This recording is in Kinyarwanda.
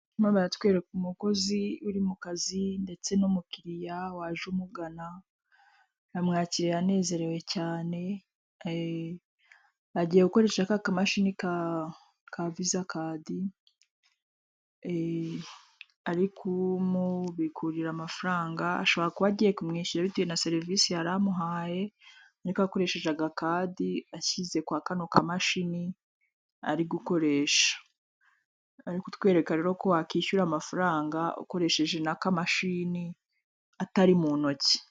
Barimo baratwereka umukozi uri mukazi ndetse n'umukiriya waje umugana yamwakiriye anezerewe cyane, agiye gukoresha kaka mashini ka visa kadi ari kumubikurira amafaranga, ashobora kuba agiye kumwishyura bitewe na serivise yaramuhaye ariko akoresheje agakadi ashyize kwa kano ka mashini ari gukoresha. Bari kutwereka ko wakishyura amafaranga ukoresheje n'akamashini atari mu ntoki.